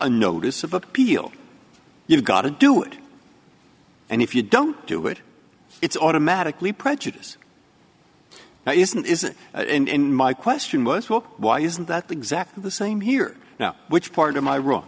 a notice of appeal you've got to do it and if you don't do it it's automatically prejudice now isn't it isn't it and my question was well why isn't that exactly the same here now which part of my wro